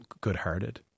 good-hearted